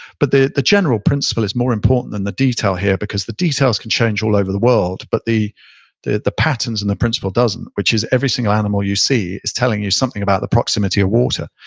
but the the general principle is more important than the detail here because the details can change all over the world, but the the patterns and the principle doesn't, which is every, single animal you see is telling you something about the proximity of water.